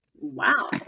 wow